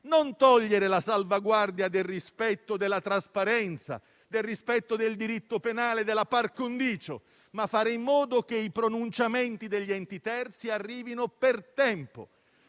non togliere la salvaguardia del rispetto della trasparenza, del diritto penale e della *par condicio*, ma occorre fare in modo che i pronunciamenti degli enti terzi arrivino per tempo,